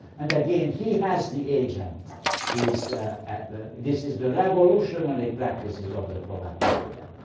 and again, he has the agent who is this is the revolutionary practices of the proletariat,